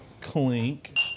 Clink